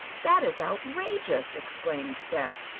that is outrageous! exclaimed beth.